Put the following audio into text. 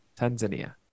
Tanzania